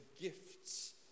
gifts